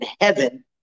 heaven